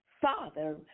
Father